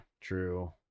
True